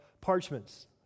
parchments